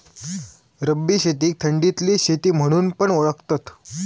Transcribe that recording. रब्बी शेतीक थंडीतली शेती म्हणून पण ओळखतत